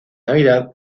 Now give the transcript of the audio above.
navidad